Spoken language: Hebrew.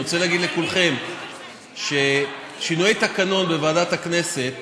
אני רוצה להגיד לכולכם ששינויי תקנון בוועדת הכנסת